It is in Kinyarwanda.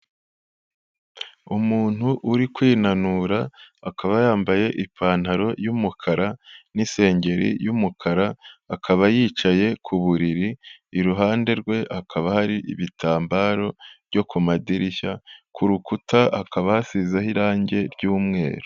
Umuntu uri kwinanura akaba yambaye ipantaro y'umukara n'isengeri y'umukara, akaba yicaye ku buriri, iruhande rwe hakaba hari ibitambaro byo ku madirishya, ku rukuta hakaba hasizeho irangi ry'umweru.